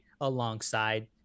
alongside